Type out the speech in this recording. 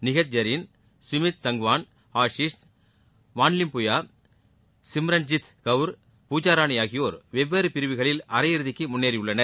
நிகத் ஜரீன் சுமித் சங்வான் ஆஷிஷ் வான்லிம்புயா சிம்ரன்ஜீத் கவுர் பூஜா ராணி ஆகியோர் வெவ்வேறு பிரிவுகளில் அரையிறுதிக்கு முன்னேறியுள்ளனர்